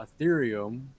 Ethereum